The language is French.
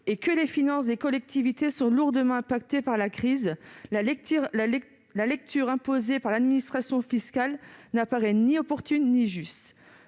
et que les finances des collectivités sont lourdement touchées par la crise, la lecture imposée par l'administration fiscale ne paraît ni opportune ni juste.